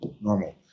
normal